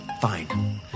Fine